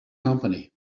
company